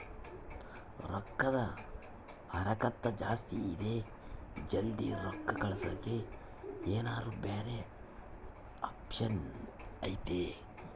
ರೊಕ್ಕದ ಹರಕತ್ತ ಜಾಸ್ತಿ ಇದೆ ಜಲ್ದಿ ರೊಕ್ಕ ಕಳಸಕ್ಕೆ ಏನಾರ ಬ್ಯಾರೆ ಆಪ್ಷನ್ ಐತಿ?